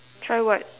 try what